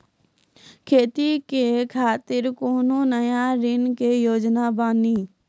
खेती के खातिर कोनो नया ऋण के योजना बानी?